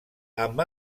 amb